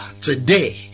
today